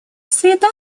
среда